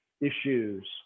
issues